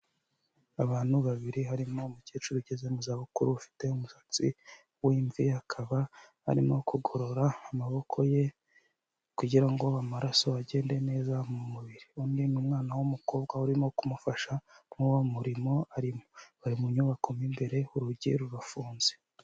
Abantu babiri, harimo umukecuru ugeze mu zabukuru ufite umusatsi w'imvi, akaba arimo kugorora amaboko ye kugira ngo amaraso agende neza mu mubiri; undi ni umwana w'umukobwa urimo kumufasha muri uwo murimo arimo, bari mu nyubako mo imbere, urugi rurafunze.